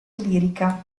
lirica